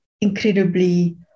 incredibly